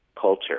culture